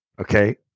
okay